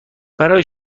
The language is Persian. برای